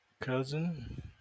Cousin